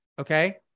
Okay